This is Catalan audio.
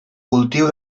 cultiu